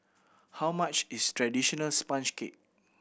how much is traditional sponge cake